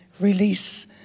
release